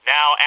Now